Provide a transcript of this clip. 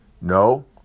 No